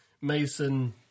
Mason